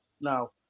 now